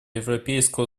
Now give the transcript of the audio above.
европейского